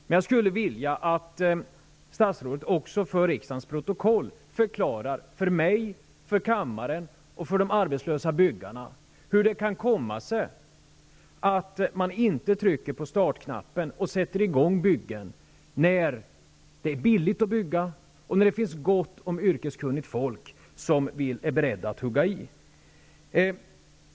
Men jag skulle vilja att statsrådet också med hänsyn till riksdagens protokoll förklarar för mig, för kammaren och för de arbetslösa byggnadsarbetarna hur det kan komma sig att man inte trycker på startknappen och sätter i gång byggen när det är billigt att bygga och när det finns gott om yrkeskunniga människor som är beredda att hugga i.